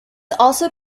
also